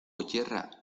yerra